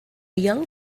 young